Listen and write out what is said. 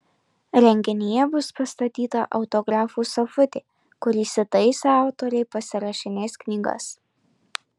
renginyje bus pastatyta autografų sofutė kur įsitaisę autoriai pasirašinės knygas